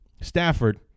Stafford